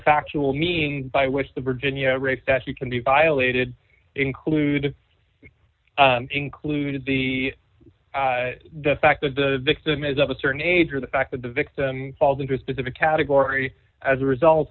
factual means by which the virginia race that you can be violated include included the fact that the victim is of a certain age or the fact that the victim falls into a specific category as a result